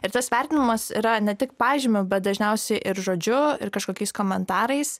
ir tas vertinimas yra ne tik pažymiu bet dažniausiai ir žodžiu ir kažkokiais komentarais